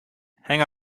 hang